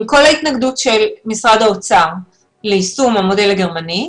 עם כל ההתנגדות של משרד האוצר ליישום המודל הגרמני,